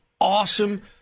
awesome